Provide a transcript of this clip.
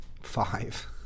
Five